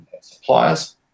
suppliers